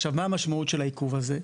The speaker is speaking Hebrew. עכשיו, מה המשמעות של העיכוב הזה?